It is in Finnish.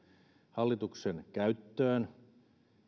hallituksen käyttöön